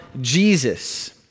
Jesus